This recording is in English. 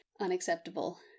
unacceptable